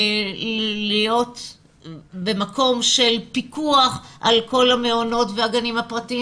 להיות במקום של פיקוח על כל המעונות והגנים הפרטיים